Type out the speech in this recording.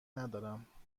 ندارم